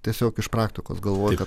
tiesiog iš praktikos galvoju